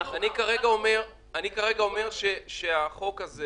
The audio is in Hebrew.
זו דעתו, תאמרי את דעתך.